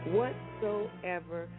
Whatsoever